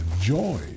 joy